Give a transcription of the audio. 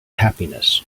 happiness